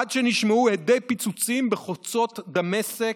עד שנשמעו הדי פיצוצים בחוצות דמשק,